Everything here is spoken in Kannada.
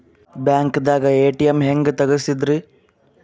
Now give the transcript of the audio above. ಬ್ಯಾಂಕ್ದಾಗ ಎ.ಟಿ.ಎಂ ಹೆಂಗ್ ತಗಸದ್ರಿ?